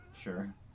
Sure